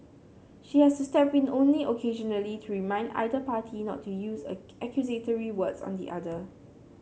she has to step in only occasionally to remind either party not to use accusatory words on the other